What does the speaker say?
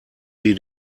sie